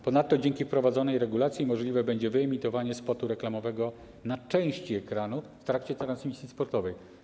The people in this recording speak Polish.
Ponadto dzięki wprowadzonej regulacji możliwe będzie wyemitowanie spotu reklamowego na części ekranu w trakcie transmisji sportowej.